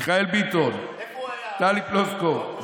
מיכאל ביטון, טלי פלוסקוב.